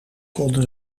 konden